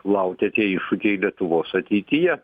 laukia tie iššūkiai lietuvos ateityje